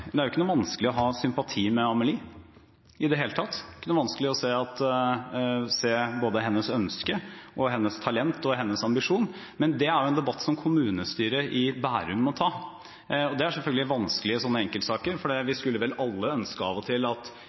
vanskelig å ha sympati med Amelie. Det er ikke vanskelig å se hennes ønske, hennes talent og hennes ambisjon. Men det er jo en debatt som kommunestyret i Bærum må ta. Det er selvfølgelig vanskelig i slike enkeltsaker, for vi skulle vel alle av og til ønske at